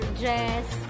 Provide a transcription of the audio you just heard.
dress